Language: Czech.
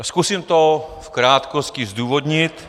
Zkusím to v krátkosti zdůvodnit.